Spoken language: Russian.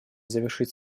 завершить